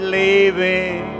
leaving